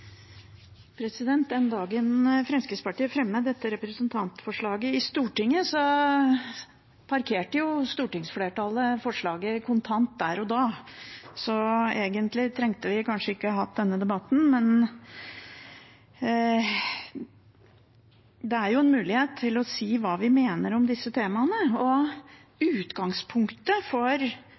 da. Så egentlig hadde vi kanskje ikke trengt å ha denne debatten, men det er jo en mulighet til å si hva vi mener om disse temaene. Utgangspunktet for